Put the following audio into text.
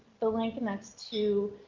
the link next to